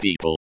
people